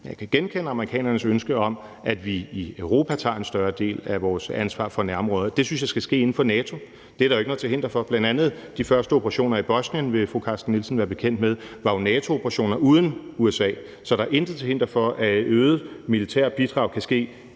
jeg kan genkende amerikanernes ønske om, at vi i Europa tager en større del af vores ansvar for nærområder. Det synes jeg skal ske inden for NATO, og det er der jo ikke noget til hinder for. Fru Sofie Carsten Nielsen vil være bekendt med, at bl.a. de første operationer i Bosnien var NATO-operationer uden USA's deltagelse. Så der er intet til hinder for, at et øget militært bidrag kan ske inden for NATO,